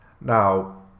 Now